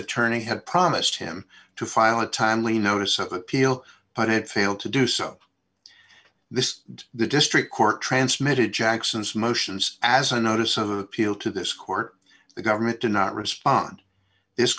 attorney had promised him to file a timely notice of appeal but it failed to do so this the district court transmitted jackson's motions as a notice of appeal to this court the government did not respond this